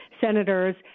senators